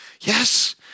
Yes